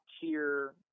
tier